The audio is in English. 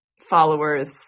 followers